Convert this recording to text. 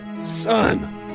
Son